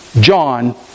John